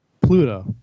pluto